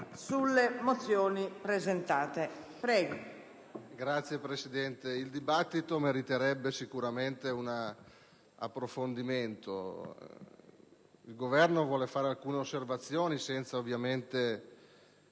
Signora Presidente, il dibattito meriterebbe un approfondimento. Il Governo vuole fare alcune osservazioni senza ovviamente